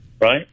Right